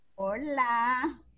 Hola